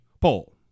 poll